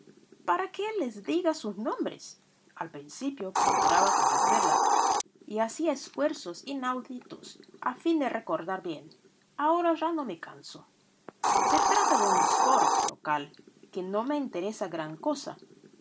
para que les diga sus nombres al principio procuraba complacerlas y hacía esfuerzos inauditos a fin de recordar bien ahora ya no me canso se trata de un sport local que no me interesa gran cosa